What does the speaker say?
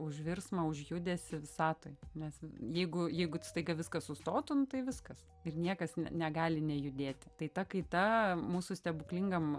už virsmą už judesį visatoj nes jeigu jeigu staiga viskas sustotų nu tai viskas ir niekas negali nejudėti tai ta kaita mūsų stebuklingam